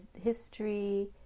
history